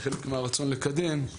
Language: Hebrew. כחלק מהרצון לקדם,